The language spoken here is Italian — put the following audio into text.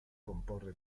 comporre